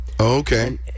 Okay